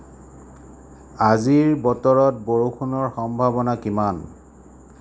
আজিৰ বতৰত বৰষুণৰ সম্ভাৱনা কিমান